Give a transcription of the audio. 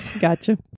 Gotcha